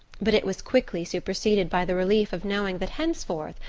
but it was quickly superseded by the relief of knowing that henceforth,